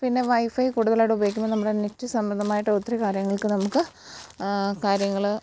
പിന്നെ വൈഫൈ കൂടുതലായിട്ടുപയോഗിക്കുമ്പോള് നമ്മുടെ നെറ്റ് സംബന്ധമായിട്ടൊത്തിരി കാര്യങ്ങൾക്ക് നമുക്ക് കാര്യങ്ങള്